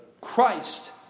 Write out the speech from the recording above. Christ